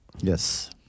Yes